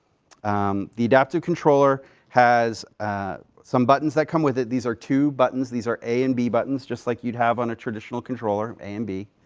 um the adaptive controller has some buttons that come with it. these are two buttons. these are a and b buttons, just like you would have on a traditional controller, a and b.